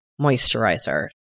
moisturizer